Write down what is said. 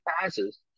passes